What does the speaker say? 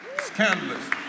Scandalous